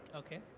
okay.